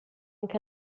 anche